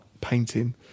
painting